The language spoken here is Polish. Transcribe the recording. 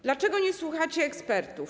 Dlaczego nie słuchacie ekspertów?